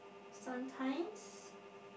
sometimes